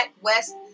West